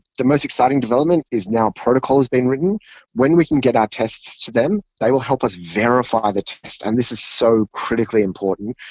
the most exciting development is now protocol has been written when we can get our tests to them. they will help us verify the test. and this is so critically important.